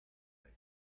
alt